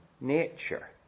nature